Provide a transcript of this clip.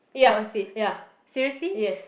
yeah yeah yes